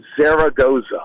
Zaragoza